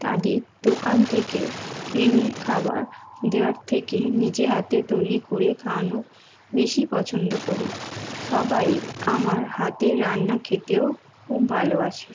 তাদের দোকান থেকে কিনে খাবার দেওয়ার থেকে নিজের হাতে তৈরি করে খাওয়ানো বেশি পছন্দ করি সবাই আমার হাতের রান্না খেতেও খুব ভালোবাসে